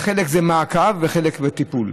חלק זה מעקב וחלק זה טיפול.